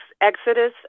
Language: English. Exodus